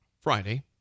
Friday